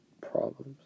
problems